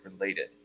related